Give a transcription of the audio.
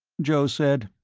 joe said,